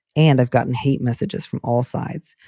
and i've gotten hate messages from all sides,